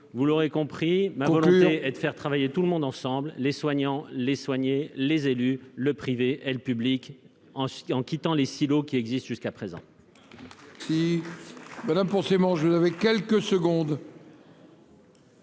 Vous l'aurez compris, ma volonté est de faire travailler tout le monde ensemble : les soignants, les soignés, les élus, le privé et le public, en s'affranchissant des silos qui existent à ce